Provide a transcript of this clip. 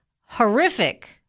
horrific